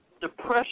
depression